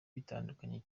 bitandukanye